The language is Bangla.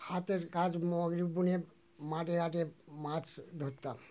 হাতের কাজ মুগুরি বুনে মাঠে ঘাটে মাছ ধরতাম